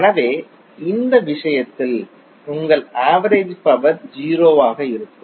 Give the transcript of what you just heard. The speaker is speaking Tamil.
எனவே இந்த விஷயத்தில் உங்கள் ஆவரேஜ் பவர் 0 ஆக இருக்கும்